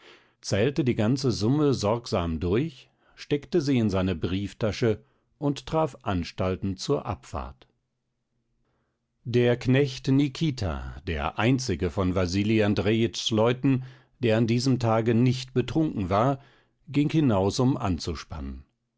zählte die ganze summe sorgsam durch steckte sie in seine brieftasche und traf anstalten zur abfahrt der knecht nikita der einzige von wasili andrejitschs leuten der an diesem tage nicht betrunken war ging hinaus um anzuspannen